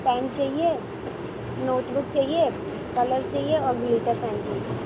pain چاہیے note book چاہیے colour چاہیے اور گلیٹر پین چاہیے